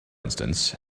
instance